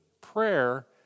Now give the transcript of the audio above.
prayer